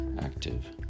active